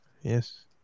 Yes